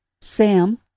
Sam